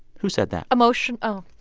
who said that? emotion, oh.